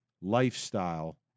lifestyle